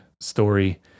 story